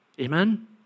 Amen